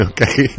Okay